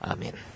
Amen